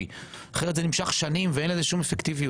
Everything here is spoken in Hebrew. אחרת זה נמשך שנים ואין לזה שום אפקטיביות.